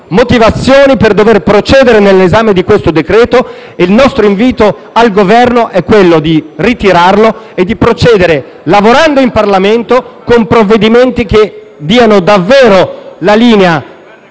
motivazioni per procedere nell'esame di questo decreto-legge e il nostro invito al Governo è di ritirarlo e di procedere lavorando in Parlamento con provvedimenti che indichino davvero l'indirizzo